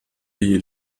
wie